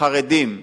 בחרדים,